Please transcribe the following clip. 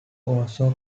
also